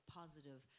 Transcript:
positive